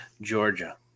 Georgia